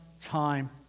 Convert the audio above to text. time